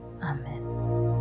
Amen